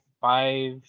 five